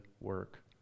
work